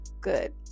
Good